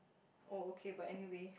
oh okay but anyway